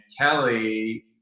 Kelly